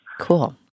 Cool